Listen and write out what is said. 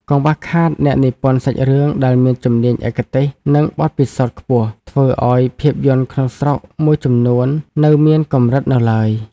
កង្វះខាតអ្នកនិពន្ធសាច់រឿងដែលមានជំនាញឯកទេស និងបទពិសោធន៍ខ្ពស់ ធ្វើឱ្យភាពយន្តក្នុងស្រុកមួយចំនួននៅមានកម្រិតនៅឡើយ។